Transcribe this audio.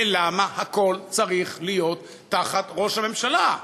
ולמה הכול צריך להיות תחת ראש הממשלה?